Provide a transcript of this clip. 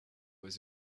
was